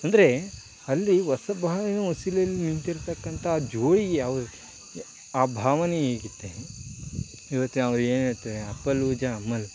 ಅಂದರೆ ಅಲ್ಲಿ ಹೊಸ ಬಾಳಿನ ಹೊಸಿಲಲಿ ನಿಂತಿರತಕ್ಕಂಥ ಆ ಜೋಡಿ ಯಾವ್ದು ಆ ಭಾವನೆ ಹೇಗಿದ್ದೆ ಇವತ್ತು ನಾವು ಏನು ಹೇಳ್ತೇವೆ ಅಪ್ಪ ಲೂಜಾ ಅಮ್ಮ ಲೂ